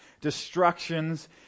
destructions